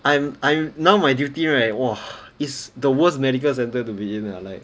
I am I'm now my duty right !wah! is the worst medical centre to be in ah like